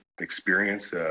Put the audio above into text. experience